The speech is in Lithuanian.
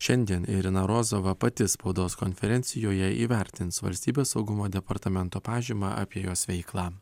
šiandien irina rozova pati spaudos konferencijoje įvertins valstybės saugumo departamento pažymą apie jos veiklą